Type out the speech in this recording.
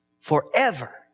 forever